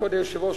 וכבוד היושב-ראש,